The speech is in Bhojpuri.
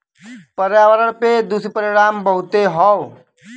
पर्यावरण पे दुष्परिणाम बहुते हौ